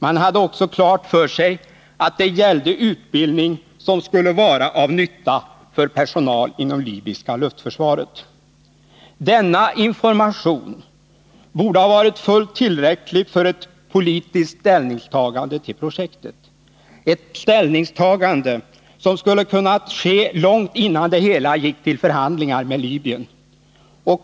Man hade också klart för sig att det gällde utbildning som skulle vara av nytta för personal inom libyska luftförsvaret. Denna information borde ha varit fullt tillräcklig för ett politiskt ställningstagande till projektet, ett ställningstagande som skulle ha kunnat ske långt innan det hela gick till förhandlingar med Libyen.